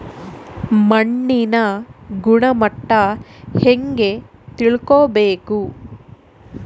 ಮಣ್ಣಿನ ಗುಣಮಟ್ಟ ಹೆಂಗೆ ತಿಳ್ಕೊಬೇಕು?